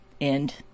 end